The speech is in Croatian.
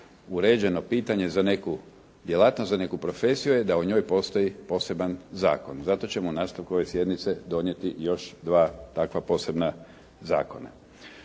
uređeno pitanje za neku djelatnost, za neku profesiju je da o njoj postoji poseban zakon. Zato ćemo u nastavku ove sjednice donijeti još dva, takva posebna zakona.